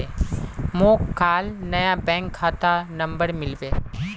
मोक काल नया बैंक खाता नंबर मिलबे